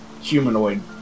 humanoid